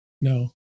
No